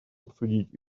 обсудить